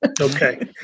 Okay